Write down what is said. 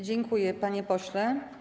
Dziękuję, panie pośle.